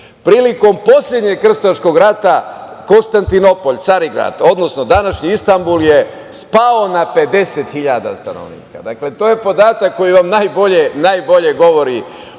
Prilikom poslednjeg krstaškog rata, Konstantinopolj, Carigrad, odnosno današnji Istambul je spao na 50 hiljada stanovnika. Dakle, to je podatak koji vam najbolje govori